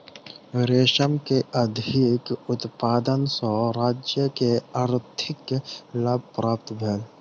रेशम के अधिक उत्पादन सॅ राज्य के आर्थिक लाभ प्राप्त भेल